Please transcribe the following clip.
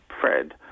Fred